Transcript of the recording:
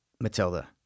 Matilda